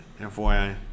FYI